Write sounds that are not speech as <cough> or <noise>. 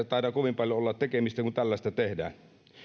<unintelligible> taida kovin paljon olla tekemistä kun tällaista tehdään